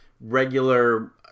regular